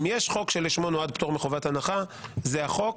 אם יש חוק שלשמו נועד פטור מחובת הנחה זה החוק,